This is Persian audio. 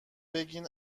بگین